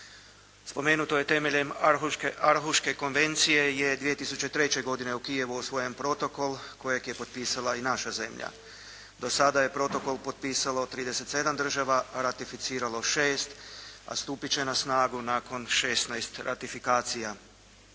Spomenuto je temeljem Arhuške konvencije je 2003. godine u Kijevu usvojen Protokol kojeg je potpisala i naša zemlja. Do sada je Protokol potpisalo 37 država, a ratificiralo 6, a stupit će na snagu nakon 16 ratifikacija.